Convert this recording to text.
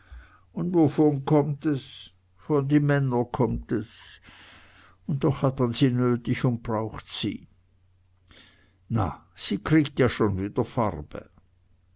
un wovon kommt es von die männer kommt es un doch hat man sie nötig un braucht sie na sie kriegt ja schon wieder farbe